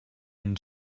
and